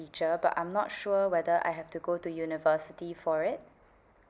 teacher but I'm not sure whether I have to go to university for it